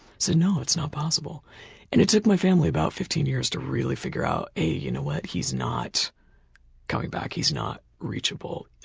said no, it's not possible. and it took my family about fifteen years to really figure out a you know he's not coming back, he's not reachable.